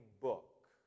book